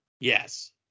Yes